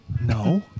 No